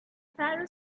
pharaoh